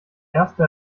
erste